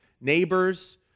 neighbors